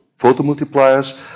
photomultipliers